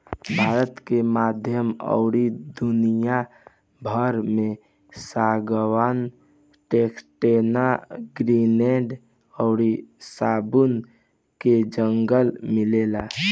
भारत के मध्य अउरी दखिन भाग में सागवान, टेक्टोना, ग्रैनीड अउरी साखू के जंगल मिलेला